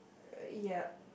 uh yup